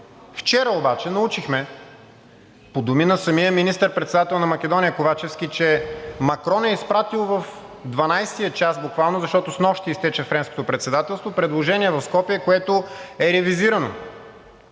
Вчера обаче научихме, по думи на самия министър- председател на Македония – Ковачевски, че Макрон е изпратил в дванадесетия час буквално, защото снощи изтече Френското председателство, предложение в Скопие, което е ревизирано.